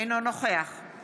אינו נוכח אבי מעוז,